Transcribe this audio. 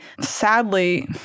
sadly